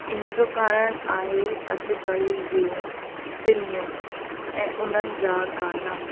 त इन जो कारणु आहे अॼुकल्ह जूं फ़िल्मियूं ऐं उन्हनि जा गाना